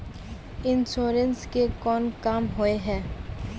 Insurance के कोन काम होय है?